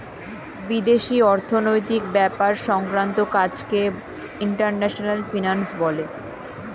বিদেশি অর্থনৈতিক ব্যাপার সংক্রান্ত কাজকে ইন্টারন্যাশনাল ফিন্যান্স বলে